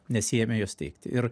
nesiėmė jo steigti ir